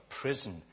prison